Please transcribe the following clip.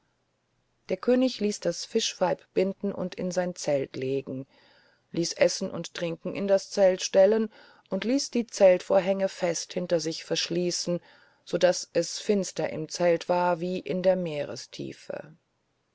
der könig ließ das fischweib binden und in sein zelt legen ließ essen und trinken in das zelt stellen und ließ die zeltvorhänge fest hinter sich zuschließen so daß es finster im zelt war wie in der meerestiefe